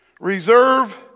reserve